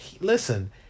Listen